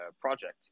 project